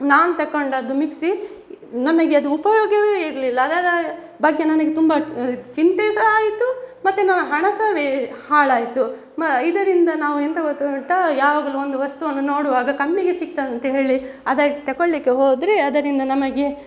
ನಾನು ತಗೊಂಡದ್ದು ಮಿಕ್ಸಿ ನಮಗದು ಉಪಯೋಗವೇ ಇರಲಿಲ್ಲ ಅದರ ಬಗ್ಗೆ ನನಗೆ ತುಂಬ ಚಿಂತೆ ಸಹ ಆಯಿತು ಮತ್ತು ನಮ್ಮ ಹಣ ಸಹ ವೇ ಹಾಳಾಯಿತು ಮ ಇದರಿಂದ ನಾವು ಎಂತ ಗೊತ್ತುಂಟ ಯಾವಾಗಲೂ ಒಂದು ವಸ್ತುವನ್ನು ನೋಡುವಾಗ ಕಮ್ಮಿಗೆ ಸಿಕ್ತಂಥೇಳಿ ಅದನ್ನ ತಗೊಳಿಕ್ಕೆ ಹೋದರೆ ಅದರಿಂದ ನಮಗೆ